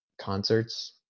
concerts